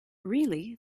really